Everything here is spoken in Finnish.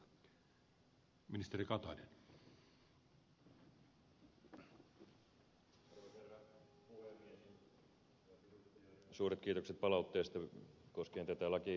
suuret kiitokset palautteesta koskien tätä perustuslakimuutosesitystä